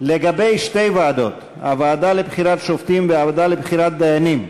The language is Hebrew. לגבי שתי ועדות: הוועדה לבחירת שופטים והוועדה לבחירת דיינים,